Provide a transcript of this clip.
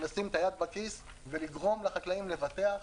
לשים את היד בכיס ולגרום לחקלאים לבטח.